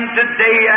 today